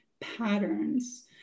patterns